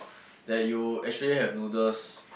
that you actually have noodles